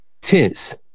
Tense